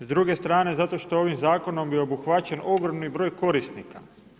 S druge strane zato što je ovim zakonom obuhvaćen ogromni broj korisnika.